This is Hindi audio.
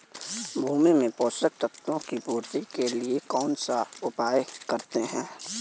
भूमि में पोषक तत्वों की पूर्ति के लिए कौनसा उपाय करते हैं?